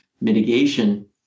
mitigation